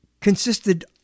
consisted